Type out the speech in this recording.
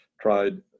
tried